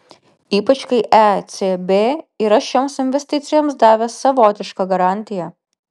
ypač kai ecb yra šioms investicijoms davęs savotišką garantiją